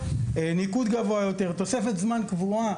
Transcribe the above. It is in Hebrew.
ניקוד גבוה יותר, תוספת זמן קבועה.